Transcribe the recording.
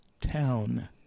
town